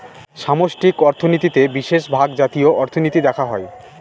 সামষ্টিক অর্থনীতিতে বিশেষভাগ জাতীয় অর্থনীতি দেখা হয়